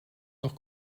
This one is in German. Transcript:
noch